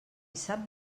sap